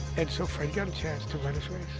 and so fred got a chance to run his race.